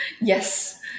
yes